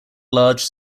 large